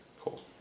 Cool